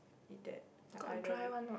eat that ya I love it